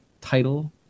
title